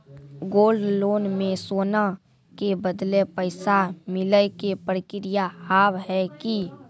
Gold loan मे सोना के बदले पैसा मिले के प्रक्रिया हाव है की?